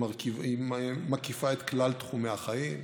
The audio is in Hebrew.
היא מקיפה את כלל תחומי החיים.